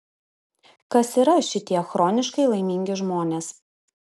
kas yra šitie chroniškai laimingi žmonės